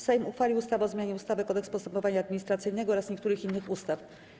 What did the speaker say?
Sejm uchwalił ustawę o zmianie ustawy Kodeks postępowania administracyjnego oraz niektórych innych ustaw.